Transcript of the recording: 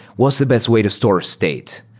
what's the best way to store a state?